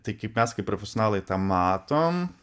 tai kaip mes kaip profesionalai tą matom